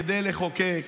כדי לחוקק,